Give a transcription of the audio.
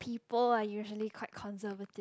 people are usually quite conservative